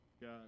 God